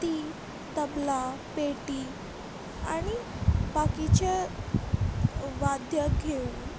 ती तबला पेठी आनी बाकीचे वाद्य घेवून